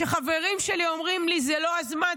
חברים שלי אומרים לי: זה לא הזמן,